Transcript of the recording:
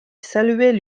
saluaient